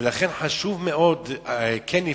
ולכן חשוב מאוד כן לפעול.